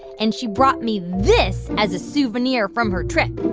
and she brought me this as a souvenir from her trip